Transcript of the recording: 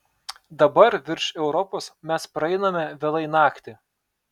dabar virš europos mes praeiname vėlai naktį